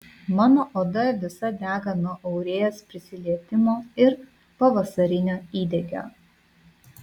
mano oda visa dega nuo aurėjos prisilietimo ir pavasarinio įdegio